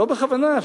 לא בכוונה,